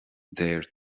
deir